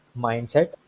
mindset